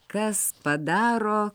kas padaro